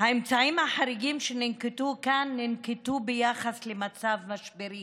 "האמצעים החריגים שננקטו כאן ננקטו ביחס למצב משברי